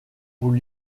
roue